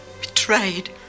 betrayed